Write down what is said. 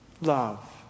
love